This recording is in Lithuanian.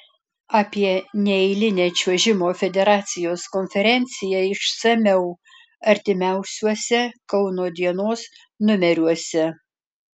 apie neeilinę čiuožimo federacijos konferenciją išsamiau artimiausiuose kauno dienos numeriuose